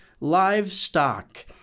livestock